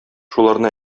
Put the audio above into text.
шуларны